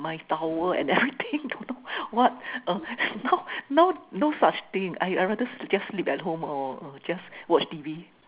my towel and everything don't know what uh now now no such thing I I rather to just sleep at home or uh just watch T_V